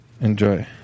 Enjoy